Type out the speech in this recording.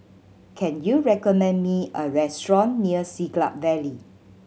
can you recommend me a restaurant near Siglap Valley